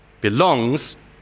belongs